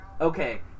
okay